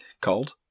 Cold